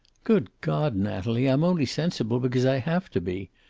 good god, natalie, i'm only sensible because i have to be.